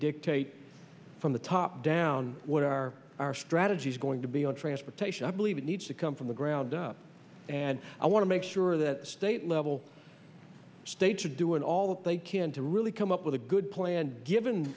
dictate from the top down what are our strategies going to be on transportation i believe it needs to come from the ground up and i want to make sure that state level states are doing all that they can to really come up with a good plan given